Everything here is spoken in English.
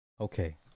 Okay